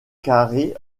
carrée